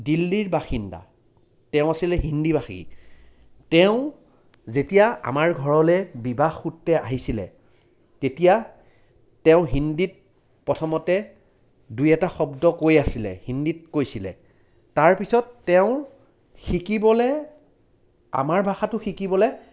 দিল্লীৰ বাসিন্দা তেওঁ আছিলে হিন্দীভাষী তেওঁ যেতিয়া আমাৰ ঘৰলৈ বিবাহসূত্ৰে আহিছিলে তেতিয়া তেওঁ হিন্দীত প্ৰথমতে দুই এটা শব্দ কৈ আছিলে হিন্দীত কৈছিলে তাৰপিছত তেওঁ শিকিবলৈ আমাৰ ভাষাটো শিকিবলৈ